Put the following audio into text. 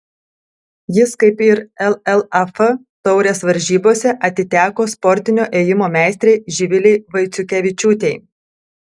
jis kaip ir llaf taurės varžybose atiteko sportinio ėjimo meistrei živilei vaiciukevičiūtei